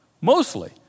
mostly